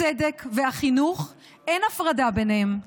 הצדק והחינוך, אין הפרדה ביניהם.